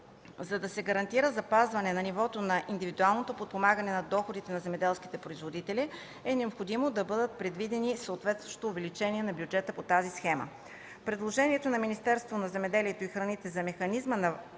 за да се гарантира запазване на нивото на индивидуалното подпомагане на доходите на земеделските производители е необходимо да бъде предвидено и съответстващо увеличение на бюджета по схемата. Предложението на Министерството на земеделието и храните за механизма на